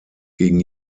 gegen